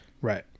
right